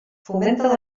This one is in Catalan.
fomenta